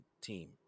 team